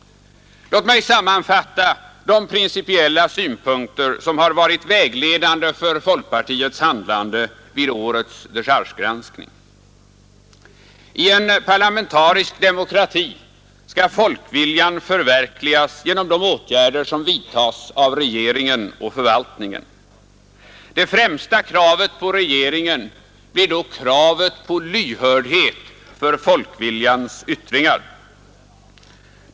Låt mig sammanfatta de principiella synpunkter som varit vägledande för folkpartiets handlande vid årets dechargegranskning: I en parlamentarisk demokrati skall folkviljan förverkligas genom de åtgärder som vidtas av regeringen och förvaltningen. Det främsta kravet på regeringen blir då kravet på lyhördhet för folkviljans yttringar.